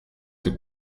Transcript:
the